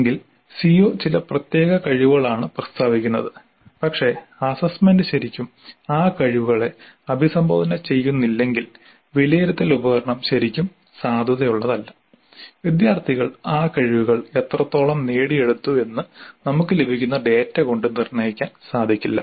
എങ്കിൽ സിഒ ചില പ്രത്യേക കഴിവുകളാണ് പ്രസ്താവിക്കുന്നത് പക്ഷേ അസ്സസ്സ്മെന്റ് ശരിക്കും ആ കഴിവുകളെ അഭിസംബോധന ചെയ്യുന്നില്ലെങ്കിൽ വിലയിരുത്തൽ ഉപകരണം ശരിക്കും സാധുതയുള്ളതല്ല വിദ്യാർത്ഥികൾ ആ കഴിവുകൾ എത്രത്തോളം നേടിയെടുത്തു എന്നു നമുക്ക് ലഭിക്കുന്ന ഡാറ്റ കൊണ്ട് നിർണ്ണയിക്കാൻ സാധിക്കില്ല